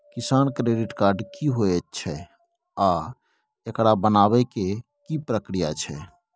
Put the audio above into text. किसान credit card की होयत छै आ एकरा बनाबै के की प्रक्रिया छै?